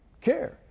Care